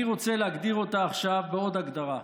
אני רוצה להגדיר אותה עכשיו בעוד הגדרה: